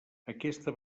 aquesta